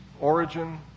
origin